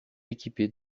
équipée